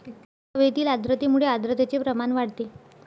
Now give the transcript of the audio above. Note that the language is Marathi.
हवेतील आर्द्रतेमुळे आर्द्रतेचे प्रमाण वाढते